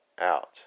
out